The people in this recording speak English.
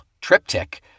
triptych